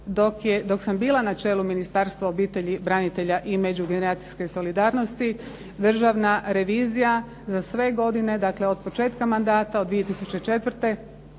dok sam bila na čelu Ministarstva, obitelji i međugeneracijske solidarnosti državna revizija za sve godine, dakle, od početka mandata, od 2004.